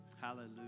Hallelujah